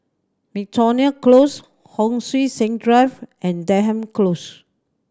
Miltonia Close Hon Sui Sen Drive and Denham Close